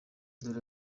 dore